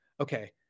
okay